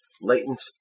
latent